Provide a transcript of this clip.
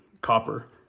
copper